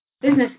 business